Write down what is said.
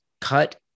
cut